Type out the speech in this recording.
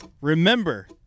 remember